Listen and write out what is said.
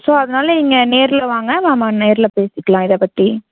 so அதனால் நீங்கள் நேரில் வாங்க நம்ம நேரில் பேசிக்கிலாம் இதை பற்றி